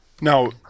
Now